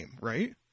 Right